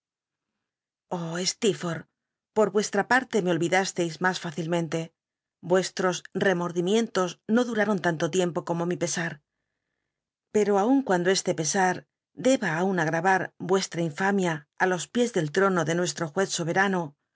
por vuestra parte me olvidasteis mas fáoilmcnlc vuesll os remordimientos no dumron tan to tiempo como mi pesar pcro aun cuando este pesar deba aun agravar me tra infami t á jos piés del trono e nuestro juez soberano